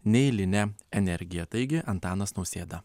neeilinę energiją taigi antanas nausėda